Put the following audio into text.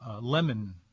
lemon